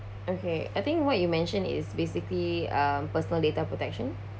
okay I think what you mention is basically uh personal data protection